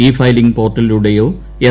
E filing പോർട്ടലിലൂടെയോ S